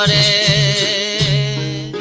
a